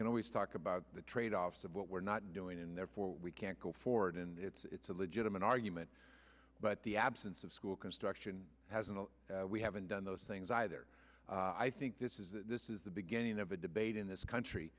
can always talk about the tradeoffs of what we're not doing and therefore we can't go forward and it's a legitimate argument but the absence of school construction hasn't we haven't done those things either i think this is this is the beginning of a debate in this country